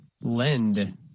Lend